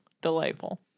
Delightful